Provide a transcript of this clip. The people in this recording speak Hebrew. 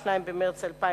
אין מתנגדים ואין נמנעים.